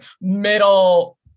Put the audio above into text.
middle